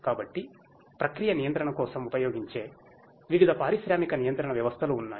కాబట్టి ప్రక్రియ నియంత్రణ కోసం ఉపయోగించే వివిధ పారిశ్రామిక నియంత్రణ వ్యవస్థలు ఉన్నాయి